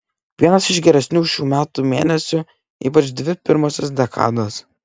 vienas iš geresnių šių metų mėnesių ypač dvi pirmosios dekados